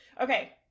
Okay